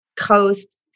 coast